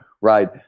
Right